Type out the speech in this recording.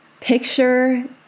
picture